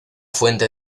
fuente